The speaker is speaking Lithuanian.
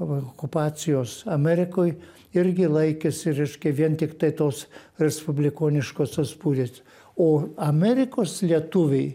okupacijos amerikoj irgi laikėsi reiškia vien tiktai tos respublikoniškosios polit o amerikos lietuviai